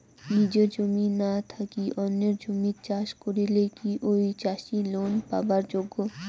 নিজের জমি না থাকি অন্যের জমিত চাষ করিলে কি ঐ চাষী লোন পাবার যোগ্য?